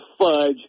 fudge